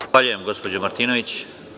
Zahvaljujem gospođo Martinović.